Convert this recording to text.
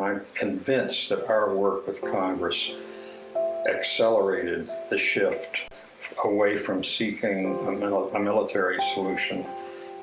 i'm convinced that our work with congress accelerated the shift away from seeking a military solution